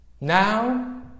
Now